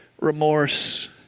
remorse